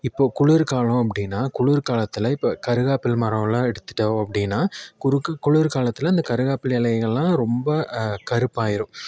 இப்போது குளிர் காலம் அப்படின்னா குளிர் காலத்தில் இப்போ கறுகாப்பிலை மரமெல்லாம் எடுத்துட்டோம் அப்படின்னா குறுக்கு குளிர் காலத்தில் அந்த கறிவேப்பிலை இலையெல்லாம் ரொம்ப கருப்பாயிடும்